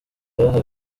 bahawe